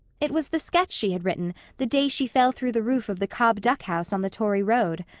it was the sketch she had written the day she fell through the roof of the cobb duckhouse on the tory road.